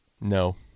No